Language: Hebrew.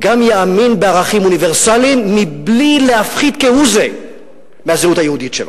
גם יאמין בערכים אוניברסליים מבלי להפחית כהוא זה מהזהות היהודית שלו.